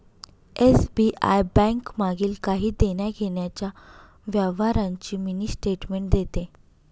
SBI bank मागील काही देण्याघेण्याच्या व्यवहारांची मिनी स्टेटमेंट देते